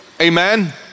Amen